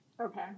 okay